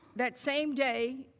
that same day,